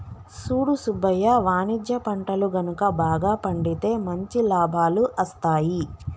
సూడు సుబ్బయ్య వాణిజ్య పంటలు గనుక బాగా పండితే మంచి లాభాలు అస్తాయి